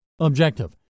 Objective